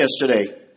yesterday